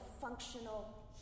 functional